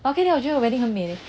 okay lah 我觉得 wedding 很美 leh